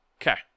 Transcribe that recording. Okay